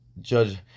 judge